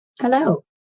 Hello